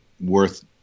Worth